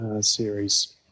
series